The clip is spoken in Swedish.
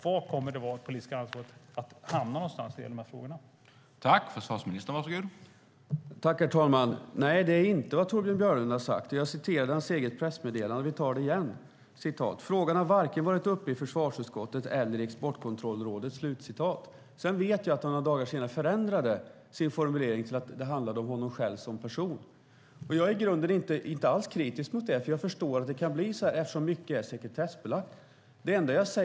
Var kommer det politiska ansvaret att hamna någonstans när det gäller de här frågorna?